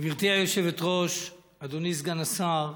גברתי היושבת-ראש, אדוני סגן השר,